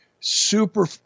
super